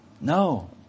No